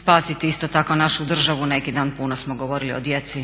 spasiti isto tako našu državu, neki dan puno smo govorili o djeci